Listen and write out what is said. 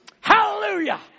Hallelujah